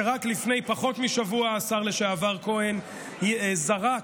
שרק לפני פחות משבוע, השר לשעבר כהן, זרק,